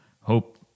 hope